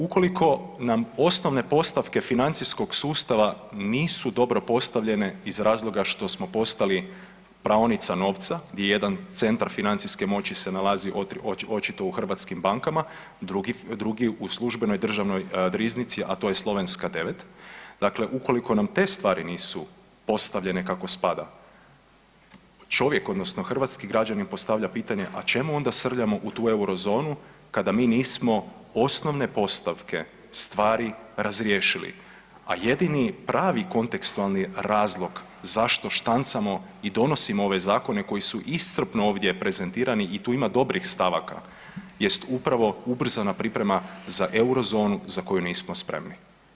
Ukoliko nam osnovne postavke financijskog sustava nisu dobro postavljene iz razloga što smo postali praonica novca, gdje jedan centar financijske moći se nalazi očito u hrvatskim bankama, drugi u službenoj državnoj riznici, a to je Slovenska 9, dakle ukoliko nam te stvari nisu postavljene kako spada, čovjek odnosno hrvatski građanin postavlja pitanje, a čemu onda srljamo u tu Eurozonu kada mi nismo osnovne postavke stvari razriješili, a jedini pravi kontekstualni razlog zašto štancamo i donosimo ove zakone koji su iscrpno ovdje prezentirati i tu ima dobrih stavaka, jest upravo ubrzana priprema za Eurozonu za koju nismo spremni?